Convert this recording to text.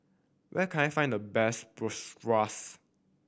where can I find the best Bratwurst